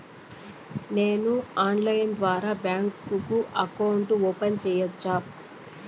నేను ఆన్లైన్ ద్వారా bank account open సేయొచ్చా?